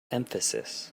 emphasis